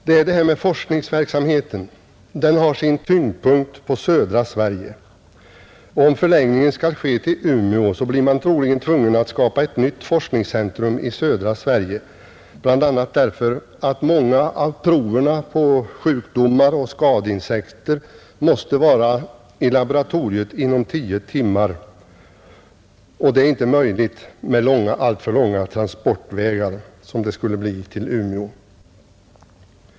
Denna forskningsverksamhet har sin tyngdpunkt i södra Sverige, och om förläggningen skall ske till Umeå, blir man troligen tvungen att skapa ett nytt forskningscentrum i södra Sverige, bl.a. därför att många av proverna på sjukdomar och skadeinsekter måste vara i laboratoriet inom tio timmar, och det är inte möjligt med alltför långa transportvägar, vilket det skulle bli till Umeå.